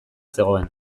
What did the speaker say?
zegoen